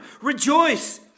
rejoice